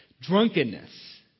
Drunkenness